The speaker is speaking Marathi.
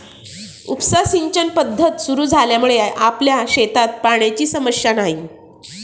उपसा सिंचन पद्धत सुरु झाल्यामुळे आपल्या शेतात पाण्याची समस्या नाही